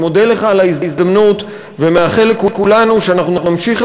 אני מודה לך על ההזדמנות ומאחל לכולנו שנמשיך